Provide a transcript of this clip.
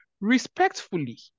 respectfully